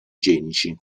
igienici